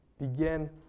begin